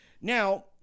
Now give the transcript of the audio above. Now